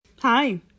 Hi